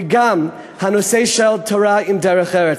וגם הנושא של תורה עם דרך-ארץ.